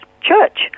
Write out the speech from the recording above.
church